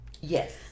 yes